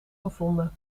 gevonden